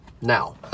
Now